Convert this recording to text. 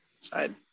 side